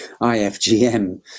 IFGM